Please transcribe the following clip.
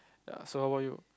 ya so how about you